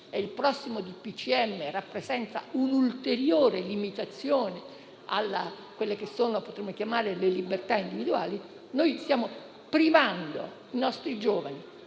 dei ministri rappresenta un'ulteriore limitazione a quelle che potremmo chiamare le libertà individuali - stiamo privando i nostri giovani